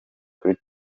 kuri